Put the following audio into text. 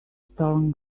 stolen